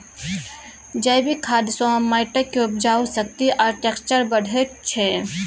जैबिक खाद सँ माटिक उपजाउ शक्ति आ टैक्सचर बढ़ैत छै